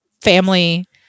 family